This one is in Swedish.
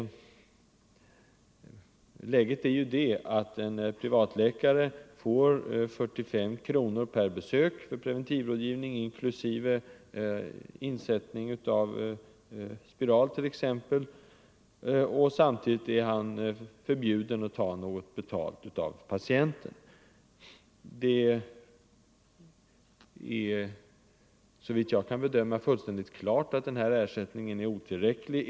En privatläkare kommer att få 45 kronor per besök för preventivmedelsrådgivning, inklusive t.ex. insättning av spiral. Samtidigt blir han förbjuden att ta betalt av patienten. Det är såvitt jag kan bedöma fullständigt klart att denna ersättning är otillräcklig.